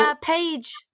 page